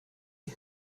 die